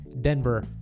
Denver